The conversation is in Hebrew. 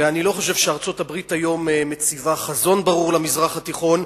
ואני לא חושב שארצות-הברית היום מציבה חזון ברור למזרח התיכון.